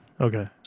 Okay